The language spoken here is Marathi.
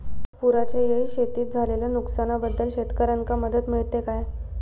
पुराच्यायेळी शेतीत झालेल्या नुकसनाबद्दल शेतकऱ्यांका मदत मिळता काय?